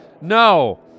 No